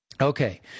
Okay